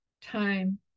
time